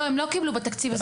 לא הם לא קיבלו בתקציב הזה.